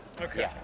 okay